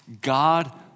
God